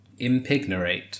Impignorate